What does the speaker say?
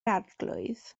arglwydd